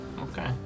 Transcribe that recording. Okay